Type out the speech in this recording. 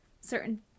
certain